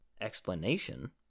explanation